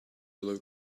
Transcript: low